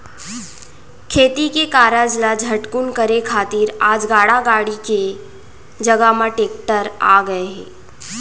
खेती के कारज ल झटकुन करे खातिर आज गाड़ा गाड़ी के जघा म टेक्टर आ गए हे